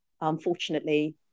unfortunately